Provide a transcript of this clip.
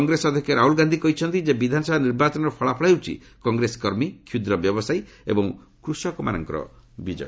କଂଗ୍ରେସ ଅଧ୍ୟକ୍ଷ ରାହ୍ରଲ ଗାନ୍ଧୀ କହିଛନ୍ତି ଯେ ବିଧାନସଭା ନିର୍ବାଚନର ଫଳାଫଳ ହେଉଛି କଂଗ୍ରେସକର୍ମୀ କ୍ଷୁଦ୍ର ବ୍ୟବସାୟୀ ଏବଂ କୃଷକମାନଙ୍କର ବିଜୟ